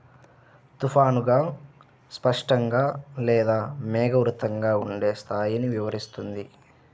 తుఫానుగా, స్పష్టంగా లేదా మేఘావృతంగా ఉండే స్థాయిని వివరిస్తుంది